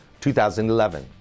2011